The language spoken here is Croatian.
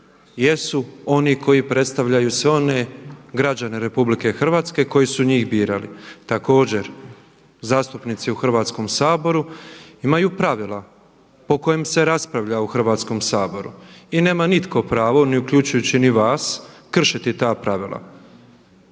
jesu oni koji predstavljaju sve one građane RH koji su njih birali. Također zastupnici u Hrvatskom saboru imaju pravila po kojim se raspravlja u Hrvatskom saboru i nema nitko pravo uključujući ni vas kršiti ta pravila.